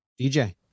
DJ